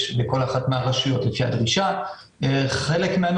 יש לנו גם קול קורא שמאפשר לרשויות בהן יש אוכלוסייה יחסית